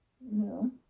No